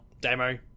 Demo